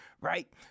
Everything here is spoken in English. right